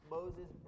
Moses